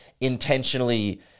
intentionally